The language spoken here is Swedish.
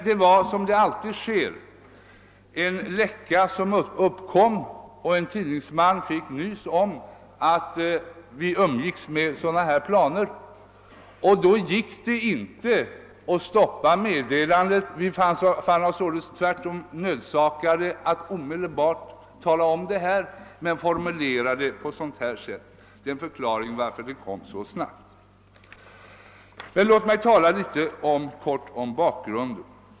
Men som vanligt är uppkom en läcka och en tidningsman fick nys om tveksamheten om Stekenjokk. Det gick då inte att stoppa meddelandet; vi fann oss tvärtom nödsakade att omedelbart lämna det och formulera det på det sätt som gjordes. Detta är förklaringen till att det kom så snabbt. Låt mig kortfattat berätta litet om bakgrunden.